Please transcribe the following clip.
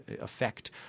effect